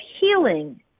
healing